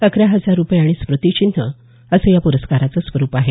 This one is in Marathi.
अकरा हजार रुपये आणि स्मृतिचिन्ह असं या प्रस्काराचं स्वरूप आहे